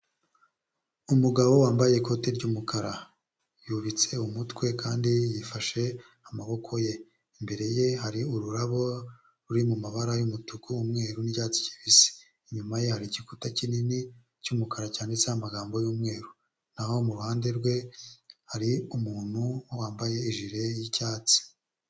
Umugabo wambaye ikoti ry'umukara yubitse umutwe kandi yafashe amaboko ye, imbere ye hari ururabo ruri mu mabara y'umutuku, umweru n'icyatsi kibisi. Inyuma ye hari igikuta kinini cy'umukara cyanditseho amagambo y'umweru, naho mu ruhande rwe hari umuntu wambaye ijiri y'icyatsi.